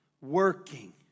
working